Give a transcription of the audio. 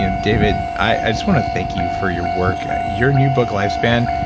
you know david, i just want to thank you for your work your new book, lifespan,